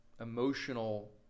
emotional